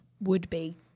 would-be